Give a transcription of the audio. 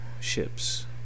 ships